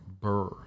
burr